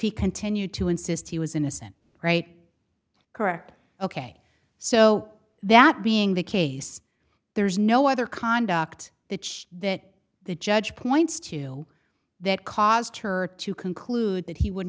he continued to insist he was innocent right correct ok so that being the case there is no other conduct which that the judge points to that caused her to conclude that he would